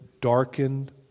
darkened